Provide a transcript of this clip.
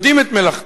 יודעים את מלאכתם.